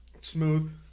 smooth